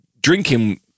drinking